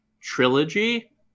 trilogy